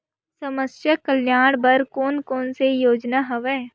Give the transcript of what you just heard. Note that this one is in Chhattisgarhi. समस्या कल्याण बर कोन कोन से योजना हवय?